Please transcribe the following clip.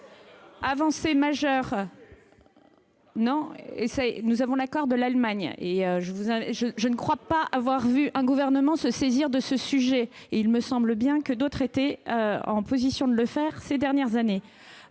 matière d'impôt. Nous avons obtenu l'accord de l'Allemagne ! Je ne crois pas avoir vu un gouvernement se saisir de ce sujet avant nous, alors que d'autres étaient en position de le faire ces dernières années.